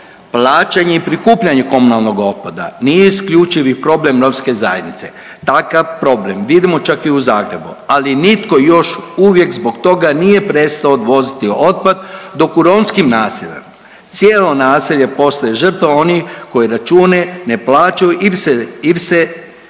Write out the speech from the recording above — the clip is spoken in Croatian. Plaćanje i prikupljanje komunalnog otpada nije isključivi problem romske zajednice. Takav problem vidimo čak i u Zagrebu, ali nitko još uvijek zbog toga nije prestao odvoziti otpad dok u romskim naseljima cijelo naselje postaje žrtva onih koji račune ne plaćaju ili se